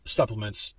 supplements